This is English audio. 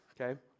okay